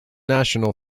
national